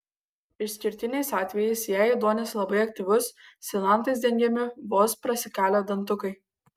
išskirtiniais atvejais jei ėduonis labai aktyvus silantais dengiami vos prasikalę dantukai